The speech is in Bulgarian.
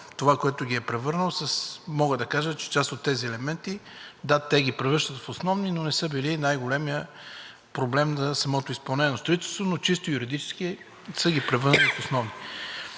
това, в което ги е превърнал, и мога да кажа, че част от тези елементи – да, те ги превръщат в основни, и не са били най-големият проблем за самото изпълнение на строителството, но чисто юридически са ги превърнали в основни.